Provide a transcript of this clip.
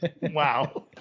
Wow